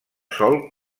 sòl